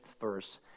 verse